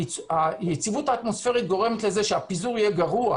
היציבות האטמוספרית גורמת לזה שהפיזור יהיה גרוע,